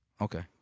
Okay